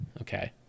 okay